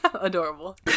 adorable